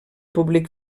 públic